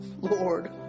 Lord